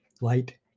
light